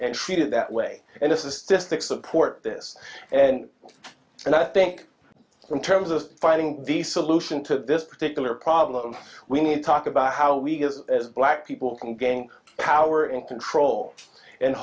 and treated that way and it's a system support this and and i think in terms of finding the solution to this particular problem we need to talk about how we as black people can gang power and control and